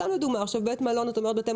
אצלנו זה הרי 24/7, כולל שבתות.